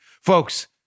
Folks